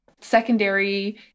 secondary